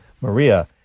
Maria